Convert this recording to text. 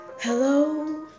Hello